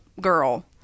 girl